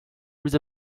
with